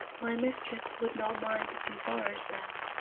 my mistress would not mind if you borrowed them.